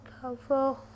cover